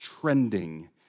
trending